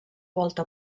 volta